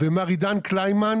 מר עידן קלימן